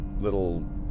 little